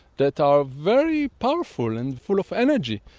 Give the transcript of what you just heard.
that are very powerful and full of energy,